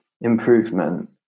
improvement